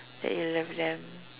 that you love them